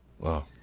Wow